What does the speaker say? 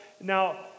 Now